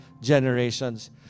generations